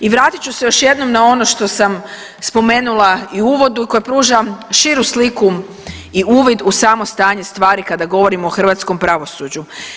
I vratit ću se još jednom na ono što sam spomenula i u uvodu, koje pruža širu sliku i uvid u samo stanje stvari kada govorimo o hrvatskom pravosuđu.